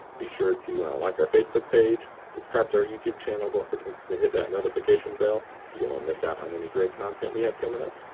be sure to like our facebook page, subscribe to our youtube channel. don't forget to hit that notification bell. you don't wanna miss out on any great content we have coming up.